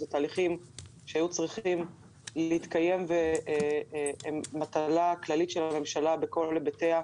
אלה תהליכים שהיו צריכים להתקיים והם מטלה כללית של הממשלה בכל היבטיה.